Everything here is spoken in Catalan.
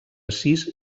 sis